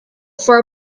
for